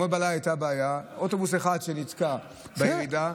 הייתה בעיה: אוטובוס אחד נתקע בירידה,